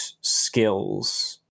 skills